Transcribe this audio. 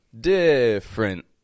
different